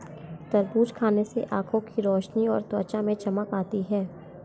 तरबूज खाने से आंखों की रोशनी और त्वचा में चमक आती है